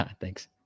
Thanks